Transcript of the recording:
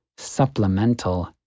supplemental